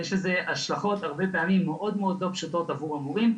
יש לזה השלכות הרבה פעמים מאוד לא פשוטות עבור המורים,